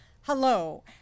Hello